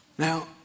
Now